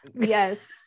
yes